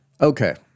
Okay